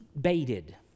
baited